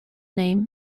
name